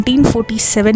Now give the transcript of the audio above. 1947